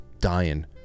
dying